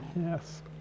Yes